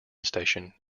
station